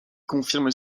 confirme